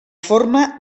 forma